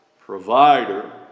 provider